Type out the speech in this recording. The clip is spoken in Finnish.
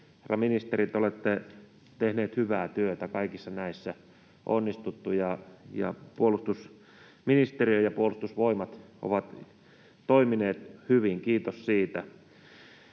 ministeri, te olette tehnyt hyvää työtä. Kaikissa näissä on onnistuttu, ja puolustusministeriö ja Puolustusvoimat ovat toimineet hyvin — kiitos siitä.